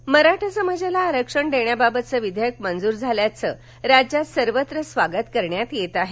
आरक्षण स्वागत मराठा समाजाला आरक्षण देण्याबाबतचं विधेयक मंजूर झाल्याचं राज्यात सर्वत्र स्वागत करण्यात येत आहे